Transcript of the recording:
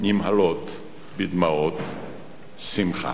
נמהלות בדמעות שמחה.